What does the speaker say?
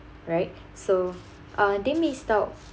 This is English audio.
right so uh they missed out